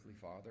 father